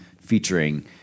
featuring